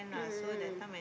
mm mm mm mm